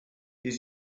his